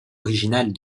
originale